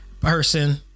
person